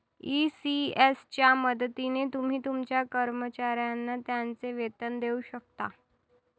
ECS च्या मदतीने तुम्ही तुमच्या कर्मचाऱ्यांना त्यांचे वेतन देऊ शकता